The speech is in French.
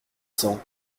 cents